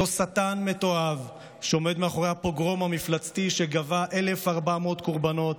אותו שטן מתועב שעומד מאחורי הפוגרום המפלצתי שגבה 1,400 קורבנות